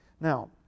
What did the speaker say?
Now